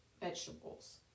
vegetables